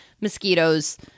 mosquitoes